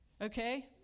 okay